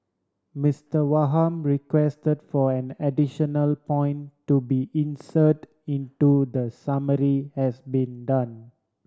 Mister Wham request for an additional point to be inserted into the summary has been done